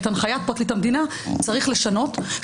את הנחיית פרקליט המדינה צריך לשנות,